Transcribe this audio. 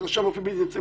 מתרשם באופן בלתי אמצעי,